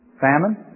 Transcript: famine